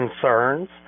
concerns